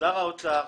שר האוצר,